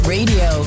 Radio